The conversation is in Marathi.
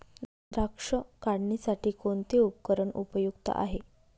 द्राक्ष काढणीसाठी कोणते उपकरण उपयुक्त आहे?